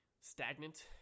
stagnant